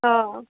অঁ